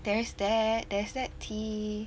there's that there's that tea